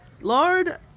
lord